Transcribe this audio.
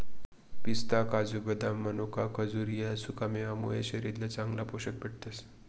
पिस्ता, काजू, बदाम, मनोका, खजूर ह्या सुकामेवा मुये शरीरले चांगलं पोशन भेटस